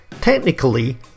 Technically